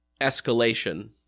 escalation